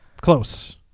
Close